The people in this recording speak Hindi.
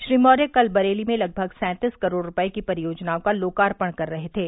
श्री मौर्य कल बरेली में लगभग सैंतीस करोड़ रूपये की परियोजनाओं का लोकार्पण कर रहे थे